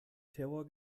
terror